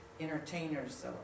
entertainers